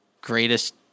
greatest